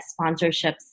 sponsorships